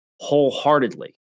Wholeheartedly